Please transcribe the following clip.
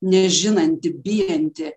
nežinanti bijanti